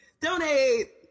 donate